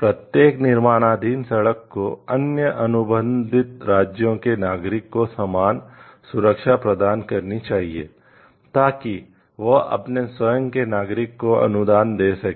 प्रत्येक निर्माणाधीन सड़क को अन्य अनुबंधित राज्यों के नागरिकों को समान सुरक्षा प्रदान करनी चाहिए ताकि वह अपने स्वयं के नागरिकों को अनुदान दे सके